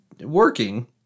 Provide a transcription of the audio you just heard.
working